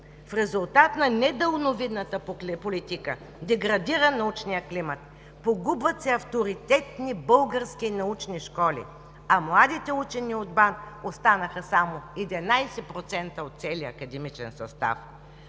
В резултат на недалновидната политика деградира научният климат. Погубват се авторитетни български и научни школи, а младите учени от БАН останаха само 11% от целия академичен състав.